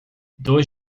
dois